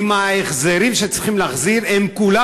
זה אם ההחזרים שצריך להחזיר הם כולם